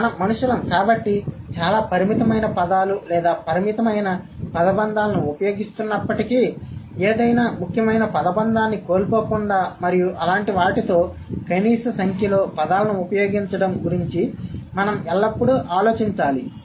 మనం మనుషులం కాబట్టి చాలా పరిమితమైన పదాలు లేదా పరిమితమైన పదబంధాలను ఉపయోగిస్తున్నప్పటికీ ఏదైనా ముఖ్యమైన పదబంధాన్ని కోల్పోకుండా మరియు అలాంటి వాటితో కనీస సంఖ్యలో పదాలను ఉపయోగించడం గురించి మనం ఎల్లప్పుడూ ఆలోచించాలి